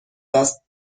دست